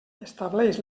estableix